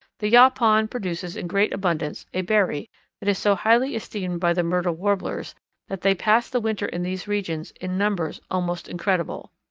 the yaupon produces in great abundance a berry that is so highly esteemed by the myrtle warblers that they pass the winter in these regions in numbers almost incredible.